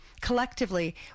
collectively